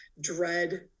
dread